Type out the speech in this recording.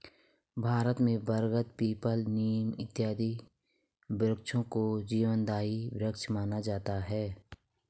भारत में बरगद पीपल नीम इत्यादि वृक्षों को जीवनदायी वृक्ष माना जाता है